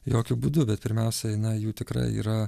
jokiu būdu bet pirmiausiai na jų tikrai yra